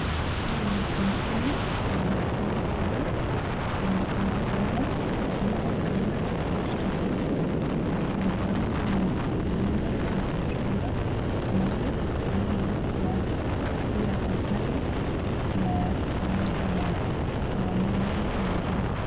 Hii ni kampuni ya LetsGo yenye inapeana bima tofauti tofauti, mojawapo ni bima ya kuchunga mali, bima ya ajali na pamoja na ya maneno mengine.